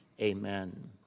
Amen